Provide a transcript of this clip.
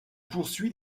poursuit